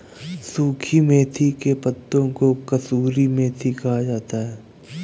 सुखी मेथी के पत्तों को कसूरी मेथी कहा जाता है